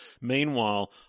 Meanwhile